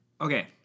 Okay